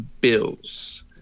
Bills